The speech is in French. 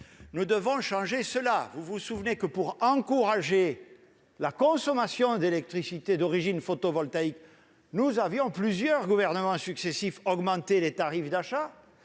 Nous devons changer cela. Vous vous souvenez que, pour encourager la consommation d'électricité d'origine photovoltaïque, plusieurs gouvernements successifs avaient augmenté les tarifs d'achat,